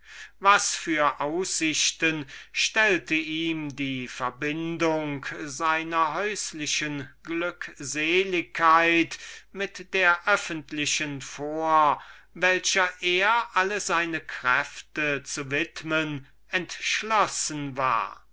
hatte was für eine perspektive stellte ihm die verbindung seiner privat glückseligkeit mit der öffentlichen vor welcher er alle seine kräfte zu widmen entschlossen war